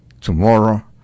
tomorrow